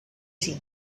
sini